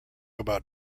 about